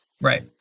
right